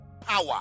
power